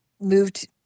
moved